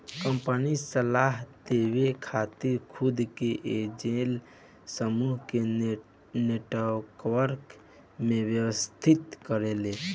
company सलाह देवे खातिर खुद के एंजेल समूह के नेटवर्क में व्यवस्थित करेला